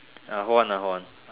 err hold on ah hold on